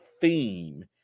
theme